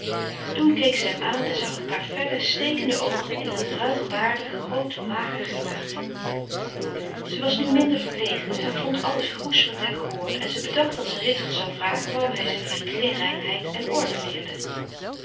toen keek ze hem aan en zag een paar felle stekende oogen in een ruigbaardig groot mager gelaat ze was nu minder verlegen en vond alles groezelig en goor en ze bedacht dat ze ritsert zou vragen waarom hij zijn vriend geen reinheid en orde leerde